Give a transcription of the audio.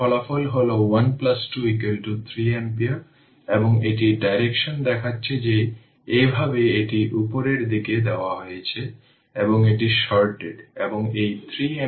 সুতরাং এটি I এবং এটি R তাই সাবস্টিটিউট I এখানে হবে I0 R e এর পাওয়ার t τ এটি ইকুয়েশন 25